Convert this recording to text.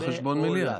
על חשבון מליאה.